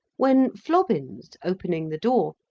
when flobbins, opening the door,